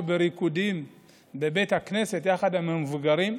בריקודים בבית הכנסת יחד עם המבוגרים.